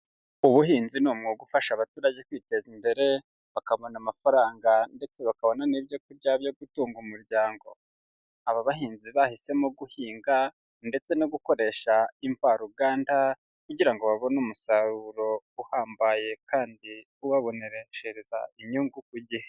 Ubuhinzi ni umwuga ufasha abaturage kwiteza imbere, bakabona amafaranga ndetse bakabona n'ibyo kurya byo gutunga umuryango, aba bahinzi bahisemo guhinga ndetse no gukoresha imvaruganda kugira ngo babone umusaruro uhambaye kandi ubaboneshereza inyungu ku gihe.